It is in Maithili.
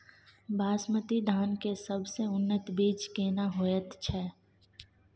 बासमती धान के सबसे उन्नत बीज केना होयत छै?